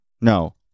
No